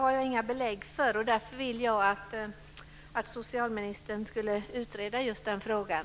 Jag har inga belägg för det, och därför vill jag att socialministern utreder just den frågan.